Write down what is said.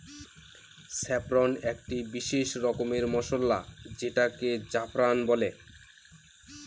saffron একটি বিশেষ রকমের মসলা যেটাকে জাফরান বলে